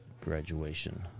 graduation